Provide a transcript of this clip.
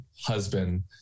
Husband